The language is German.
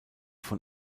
von